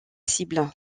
cibles